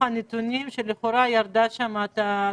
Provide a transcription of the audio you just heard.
נתונים שמראים שלכאורה ירדה שם ההדבקה.